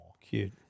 cute